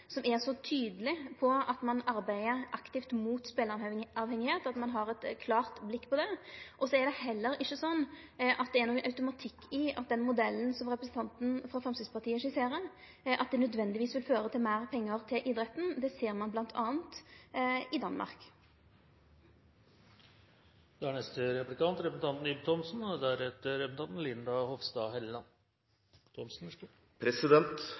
som er så tydeleg på at ein arbeider aktivt mot speleavhengigheit, og at ein har eit klart blikk på det. Så er det heller ikkje slik at det er nokon automatikk i at den modellen som representanten frå Framstegspartiet skisserer, nødvendigvis vil føre til meir pengar til idretten. Det ser ein m.a. i Danmark. Jeg forstår at regjeringspartiene synes at det er deilig å ta æren for alt gull og